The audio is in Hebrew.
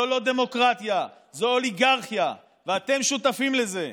זו לא דמוקרטיה, זו אוליגרכיה, ואתם שותפים לזה.